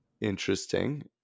interesting